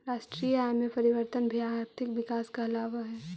राष्ट्रीय आय में परिवर्तन भी आर्थिक विकास कहलावऽ हइ